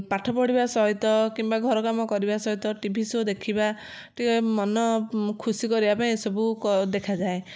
ପାଠ ପଢ଼ିବା ସହିତ କିମ୍ବା ଘର କାମ କରିବା ସହିତ ଟି ଭି ସୋ ଦେଖିବା ଟିକେ ମନ ଖୁସି କରିବା ପାଇଁ ଏସବୁ ଦେଖାଯାଏ